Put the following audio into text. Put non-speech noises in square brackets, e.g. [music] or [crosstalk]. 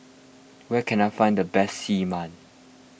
where can I find the best Xi [unintelligible]